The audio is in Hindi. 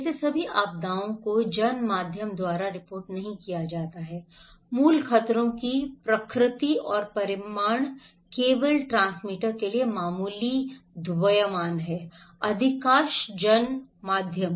जैसे सभी आपदाओं को जन माध्यम द्वारा रिपोर्ट नहीं किया जाता है मूल खतरों की प्रकृति और परिमाण केवल ट्रांसमीटर के लिए मामूली द्रव्यमान है अधिकांश जन माध्यम